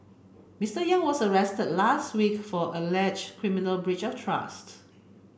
Mr Yang was arrested last week for alleged criminal breach of trusts